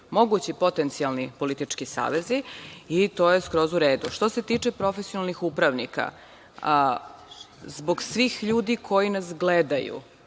mogući potencijalni politički savezi i to je skroz u redu. Što se tiče profesionalnih upravnika, zbog svih ljudi koji nas gledaju,